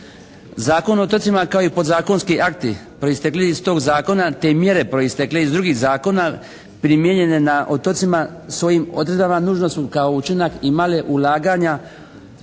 Zakon o otocima kao i podzakonski akti proistekli iz tog zakona, te i mjere proistekle iz drugih zakona primijenjene na otocima svojim odredbama nužno su kao učinak imale ulaganja